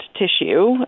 tissue